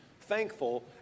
thankful